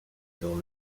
dans